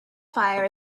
fire